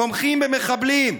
תומכים במחבלים,